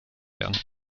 werden